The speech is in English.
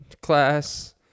class